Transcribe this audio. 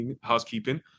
housekeeping